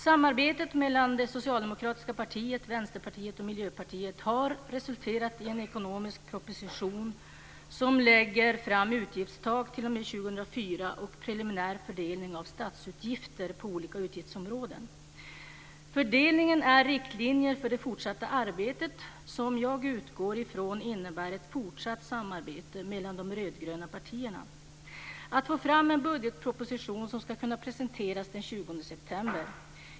Samarbetet mellan det socialdemokratiska partiet, Vänsterpartiet och Miljöpartiet har resulterat i en ekonomisk proposition där man lägger fram utgiftstak t.o.m. 2004 och en preliminär fördelning av statsutgifter på olika utgiftsområden. Fördelningen är riktlinjer för det fortsatta arbetet, som jag utgår från innebär ett fortsatt samarbete mellan de rödgröna partierna, med att få fram en budgetproposition som ska kunna presenteras den 20 september.